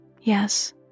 Yes